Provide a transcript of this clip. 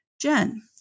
Jen